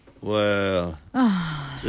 Wow